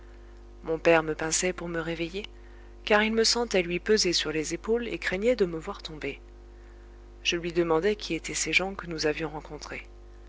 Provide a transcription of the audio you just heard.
mon père me pinçait pour me réveiller car il me sentait lui peser sur les épaules et craignait de me voir tomber je lui demandai qui étaient ces gens que nous avions rencontrés